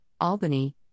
Albany